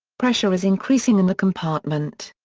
pressure is increasing in the compartment.